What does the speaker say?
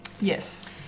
yes